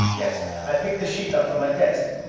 yes. i picked the sheet up from my desk.